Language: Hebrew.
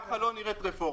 כך לא נראית רפורמה.